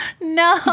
no